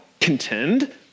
contend